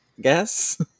guess